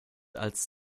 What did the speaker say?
als